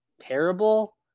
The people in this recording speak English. terrible